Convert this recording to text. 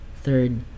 Third